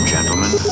Gentlemen